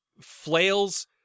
flails